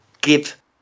give